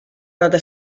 nota